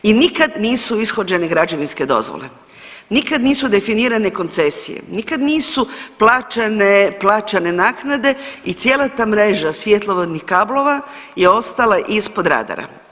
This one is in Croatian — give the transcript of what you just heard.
I nikad nisu ishođene građevinske dozvole, nikad nisu definirane koncesije, nikad nisu plaćane naknade i cijela ta mreža svjetlovodnih kablova je ostala ispod radara.